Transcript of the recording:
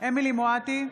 אמילי חיה מואטי,